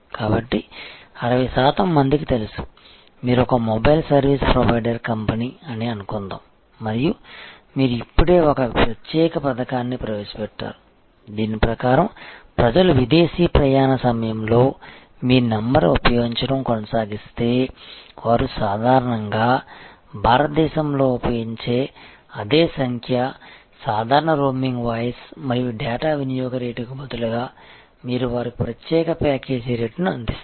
కాబట్టి 60 శాతం మందికి తెలుసు మీరు ఒక మొబైల్ సర్వీస్ ప్రొవైడర్ కంపెనీ అని అనుకుందాం మరియు మీరు ఇప్పుడే ఒక ప్రత్యేక పథకాన్ని ప్రవేశపెట్టారు దీని ప్రకారం ప్రజలు విదేశీ ప్రయాణ సమయంలో మీ నంబర్ను ఉపయోగించడం కొనసాగిస్తే వారు సాధారణంగా భారతదేశంలో ఉపయోగించే అదే సంఖ్య సాధారణ రోమింగ్ వాయిస్ మరియు డేటా వినియోగ రేటుకు బదులుగా మీరు వారికి ప్రత్యేక ప్యాకేజీ రేటును అందిస్తారు